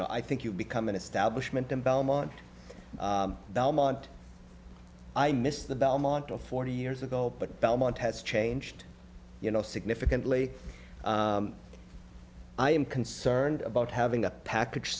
know i think you become an establishment in belmont belmont i missed the belmont to forty years ago but belmont has changed you know significantly i am concerned about having a package